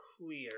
clear